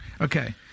Okay